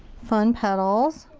fun petals.